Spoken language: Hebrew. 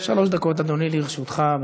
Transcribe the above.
שלוש דקות, אדוני, לרשותך.